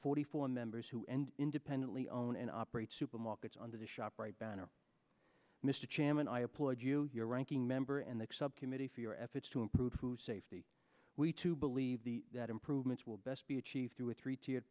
forty four members who and independently own and operate supermarkets under the shoprite banner mr chairman i applaud you your ranking member and the subcommittee for your efforts to improve whose safety we to believe the that improvements will best be achieved through a three tiered